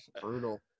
brutal